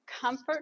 comfort